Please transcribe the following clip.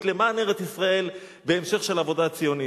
למען ארץ-ישראל בהמשך של עבודה ציונית.